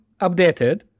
updated